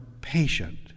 patient